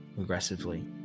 aggressively